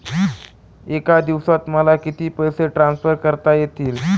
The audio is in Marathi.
एका दिवसात मला किती पैसे ट्रान्सफर करता येतील?